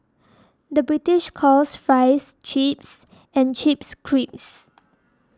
the British calls Fries Chips and Chips Crisps